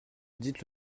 dites